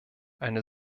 eine